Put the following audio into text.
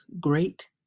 great